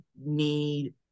need